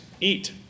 eat